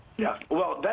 yeah. well,